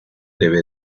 debe